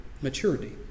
maturity